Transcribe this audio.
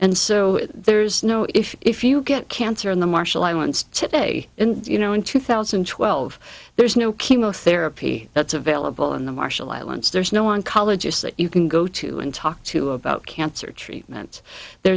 and so there's no issue if you get cancer in the marshall islands today and you know in two thousand and twelve there is no chemotherapy that's available in the marshall islands there's no one colleges that you can go to and talk to about cancer treatment there